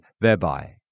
thereby